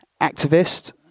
activist